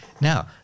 Now